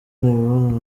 imibonano